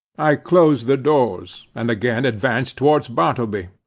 i closed the doors, and again advanced towards bartleby.